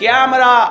Camera